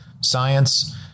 science